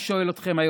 אני שואל אתכם.